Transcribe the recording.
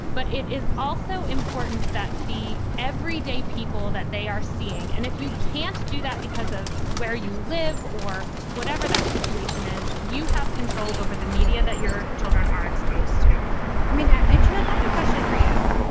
but it is also important that the everyday people that they are seeing and if you can't do that because of where you live or whatever that situation is, you have control over the media that your children are exposed to i mean, that edgemont kind of question for you.